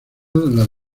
las